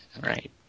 Right